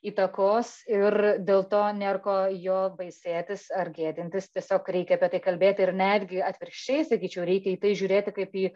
įtakos ir dėl to nėr ko jo baisėtis ar gėdintis tiesiog reikia apie tai kalbėti ir netgi atvirkščiai sakyčiau reikia į tai žiūrėti kaip į